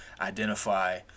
identify